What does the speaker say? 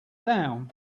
down